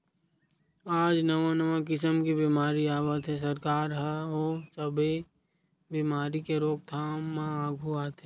आज नवा नवा किसम के बेमारी आवत हे, सरकार ह ओ सब्बे बेमारी के रोकथाम म आघू आथे